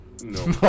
No